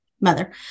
mother